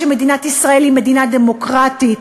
שמדינת ישראל היא מדינה דמוקרטית,